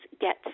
get